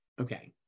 okay